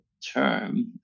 term